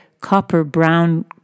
copper-brown